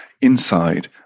inside